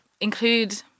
include